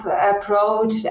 approach